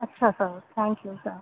اچھا sir thank you sir